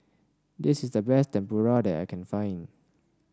this is the best Tempura that I can find